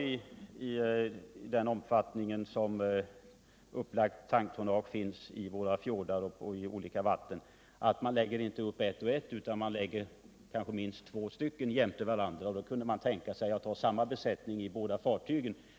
I den omfattning som upplagt tanktonnage finns i våra fjordar och andra vatten förekommer det vanligtvis att man inte lägger upp fartygen ett och ett utan man lägger minst två fartyg intill varandra. Därför borde man kunna tänka sig att ta samma besättning för båda fartygen.